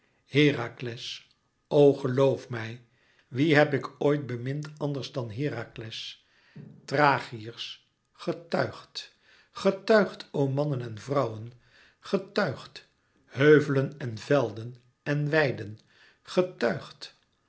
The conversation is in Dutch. herakles o geloof mij wien heb ik ooit bemind anders dan herakles thrachiërs getuigt getuigt o mannen en vrouwen getuigt heuvelen en velden en weiden getuigt